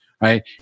right